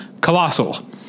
colossal